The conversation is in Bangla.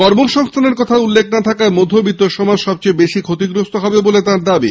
কর্মসংস্থানের কথা উল্লেখ না থাকায় মধ্যবিত্ত সমাজ সবথেকে বেশি ক্ষতিগ্রস্থ হবে বলে তার দাবি